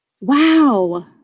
Wow